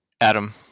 Adam